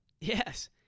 Yes